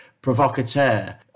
provocateur